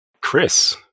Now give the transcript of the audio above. Chris